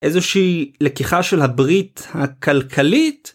איזושהי לקיחה של הברית הכלכלית.